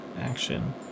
action